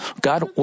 God